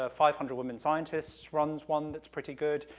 ah five hundred women scientists runs one that's pretty good.